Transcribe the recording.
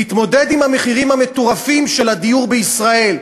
להתמודד עם המחירים המטורפים של הדיור בישראל,